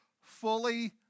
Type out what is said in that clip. fully